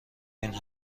بین